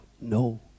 No